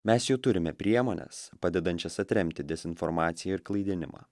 mes jau turime priemones padedančias atremti dezinformaciją ir klaidinimą